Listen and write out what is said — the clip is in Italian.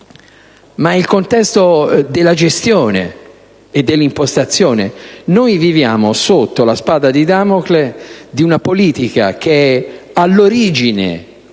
il contesto della gestione e dell'impostazione. Noi viviamo sotto la spada di Damocle di una politica che è all'origine